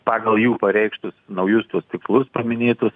pagal jų pareikštus naujus tuos tikslus paminėtus